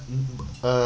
mm uh